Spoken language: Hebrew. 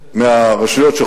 הרשויות, חבר הכנסת יואל חסון.